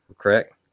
correct